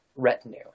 retinue